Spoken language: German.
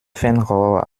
fernrohr